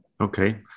okay